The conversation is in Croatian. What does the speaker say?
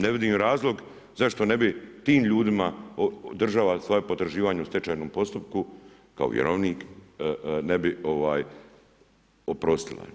Ne vidim razlog zašto ne bi tim ljudima država svoja potraživanja u stečajnom postupku kao vjerovnik ne bi oprostila.